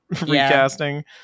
Recasting